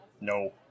No